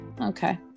okay